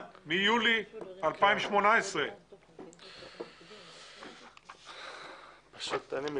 מיולי 2018. אין לי מלים.